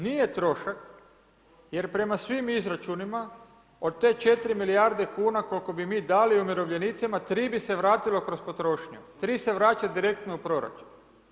Nije trošak, jer prema svim izračunima, od 4 milijarde kuna koliko bi mi dali umirovljenicima, 3 bi se vratilo kroz potrošnju, 3 se vraća direktno u proračun.